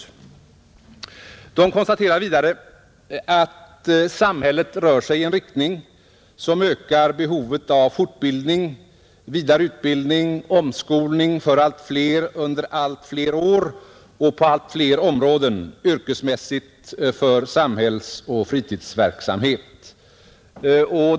De konstaterar vidare att samhället rör sig i en riktning som ökar behovet av fortbildning, vidareutbildning, omskolning för allt fler under allt fler år och på allt fler områden yrkesmässigt för samhällsoch fritidsverksamhet.